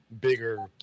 bigger